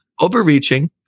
overreaching